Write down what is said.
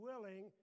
willing